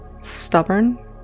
stubborn